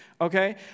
okay